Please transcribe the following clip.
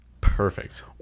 Perfect